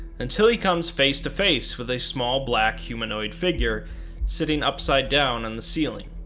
until he comes face to face with a small black humanoid figure sitting upside down on the ceiling.